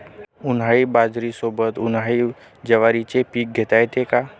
उन्हाळी बाजरीसोबत, उन्हाळी ज्वारीचे पीक घेता येते का?